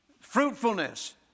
fruitfulness